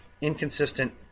Inconsistent